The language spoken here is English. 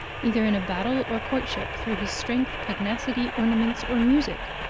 either in battle or courtship, through his strength, pugnacity, ornaments, or music.